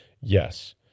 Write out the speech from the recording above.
Yes